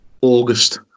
August